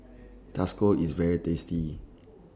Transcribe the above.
IS very tasty